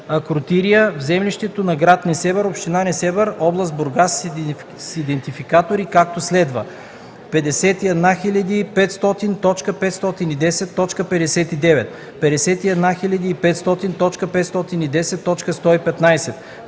„Акротирия”, в землището на град Несебър, община Несебър, област Бургас, с идентификатори, както следва: 51500.510.59; 51500.510.115;